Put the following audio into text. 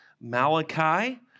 Malachi